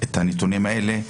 את הנתונים האלה.